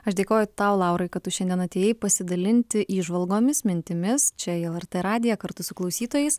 aš dėkoju tau laurai kad tu šiandien atėjai pasidalinti įžvalgomis mintimis čia į lrt radiją kartu su klausytojais